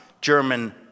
German